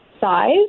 size